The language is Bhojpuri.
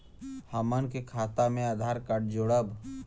हमन के खाता मे आधार कार्ड जोड़ब?